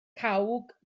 cawg